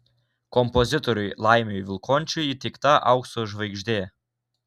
kompozitoriui laimiui vilkončiui įteikta aukso žvaigždė